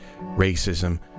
racism